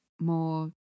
more